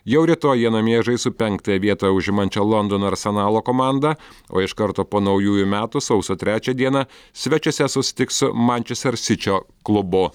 jau rytoj jie namie žais su penktąją vietą užimančia londono arsenalo komanda o iš karto po naujųjų metų sausio trečią dieną svečiuose susitiks su mančester sičio klubu